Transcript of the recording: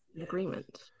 agreement